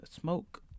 smoke